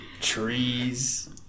trees